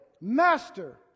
Master